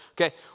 okay